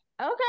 okay